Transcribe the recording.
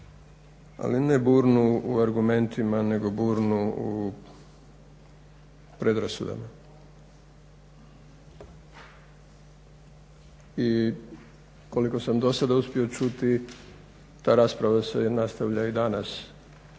ali ne burnu u argumentima nego burnu u predrasudama. I koliko sam do sad uspio čuti ta rasprava se nastavlja i danas.